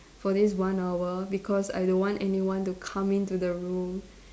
for this one hour because I don't want anyone to come in to the room